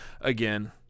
Again